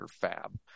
fab